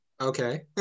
Okay